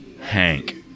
Hank